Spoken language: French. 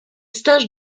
stage